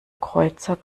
kreuzer